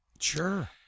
Sure